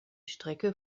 strecke